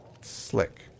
Slick